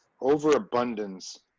overabundance